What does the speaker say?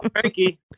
Frankie